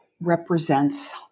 represents